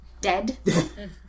dead